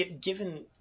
given